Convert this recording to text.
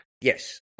Yes